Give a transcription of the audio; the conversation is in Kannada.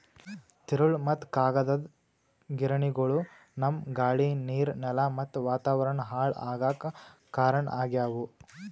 ತಿರುಳ್ ಮತ್ತ್ ಕಾಗದದ್ ಗಿರಣಿಗೊಳು ನಮ್ಮ್ ಗಾಳಿ ನೀರ್ ನೆಲಾ ಮತ್ತ್ ವಾತಾವರಣ್ ಹಾಳ್ ಆಗಾಕ್ ಕಾರಣ್ ಆಗ್ಯವು